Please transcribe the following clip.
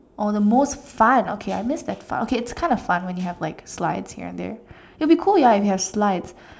oh the most fun okay I missed that part okay it's kind of fun when you have like slides here and there it would be cool ya if you have slides